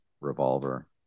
revolver